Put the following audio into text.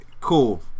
Cool